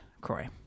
Croy